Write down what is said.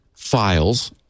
Files